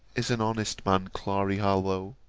is an honest man, clary harlowe.